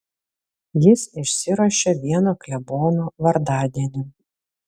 jis išsiruošė vieno klebono vardadienin